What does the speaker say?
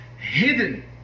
hidden